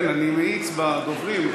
כן, אני מאיץ בדוברים.